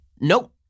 nope